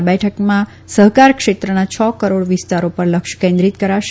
આ બેઠકમાં સહકાર ક્ષેત્રના છ કરોડ વિસ્તારો પર લક્ષ કેન્દ્રિત કરશે